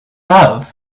love